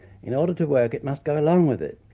in order to work it must go along with it.